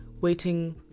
waiting